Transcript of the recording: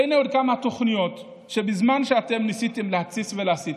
והינה כמה תוכניות שבזמן שאתם ניסיתם להתסיס ולהסית,